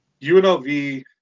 UNLV